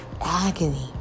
agony